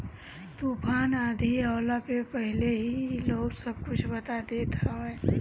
तूफ़ान आंधी आवला के पहिले ही इ लोग सब कुछ बता देत हवे